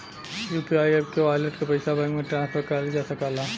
UPI app के wallet क पइसा बैंक में ट्रांसफर करल जा सकला